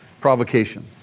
provocation